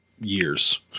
years